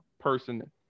person